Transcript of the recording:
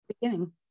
beginning